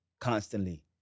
constantly